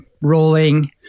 rolling